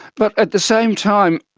but at the same time,